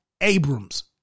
Abrams